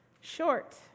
Short